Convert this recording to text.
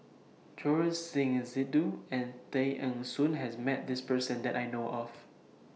Choor Singh Sidhu and Tay Eng Soon has Met This Person that I know of